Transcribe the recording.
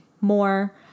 more